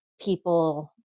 people